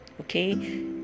okay